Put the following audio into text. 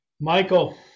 Michael